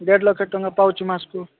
ଦେଢ଼ ଲକ୍ଷ ଟଙ୍କା ପାଉଛିି ମାସକୁ